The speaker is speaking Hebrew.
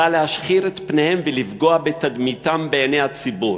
הבאה להשחיר את פניהם ולפגוע בתדמיתם בעיני הציבור,